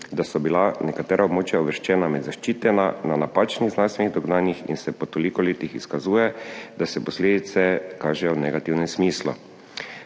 da so bila nekatera območja uvrščena med zaščitena na napačnih znanstvenih dognanjih in se po toliko letih izkazuje, da se posledice kažejo v negativnem smislu.